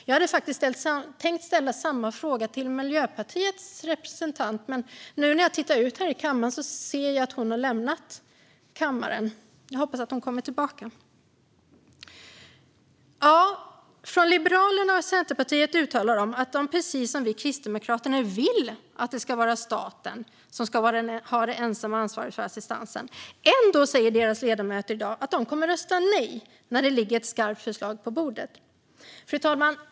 Jag hade faktiskt tänkt ställa samma fråga till Miljöpartiets representant, men när jag nu tittar ut över kammaren ser jag att hon har lämnat den. Jag hoppas att hon kommer tillbaka. Liberalerna och Centerpartiet uttalar att de, precis som vi kristdemokrater, vill att det ska vara staten som har det ensamma ansvaret för assistansen. Ändå säger deras ledamöter i dag att de kommer att rösta nej när det nu ligger ett skarpt förslag på bordet. Fru talman!